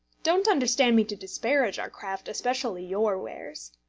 don't understand me to disparage our craft, especially your wares.